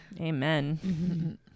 Amen